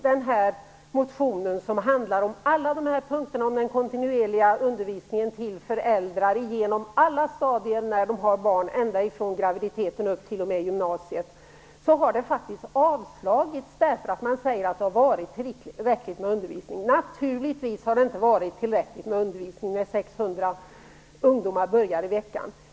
Den här motionen handlar om alla de här punkterna i den kontinuerliga undervisningen till föräldrar genom alla stadier, ända från graviditeten upp t.o.m. gymnasiet. Tidigare har den faktiskt avslagits med motivationen att det har varit tillräckligt med undervisning. Naturligtvis har undervisningen inte varit tillräcklig när 600 ungdomar börjar röka i veckan.